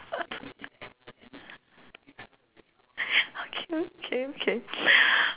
okay okay okay